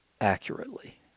accurately